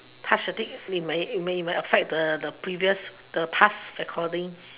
touch the thing it may it may affect the the previous the past recording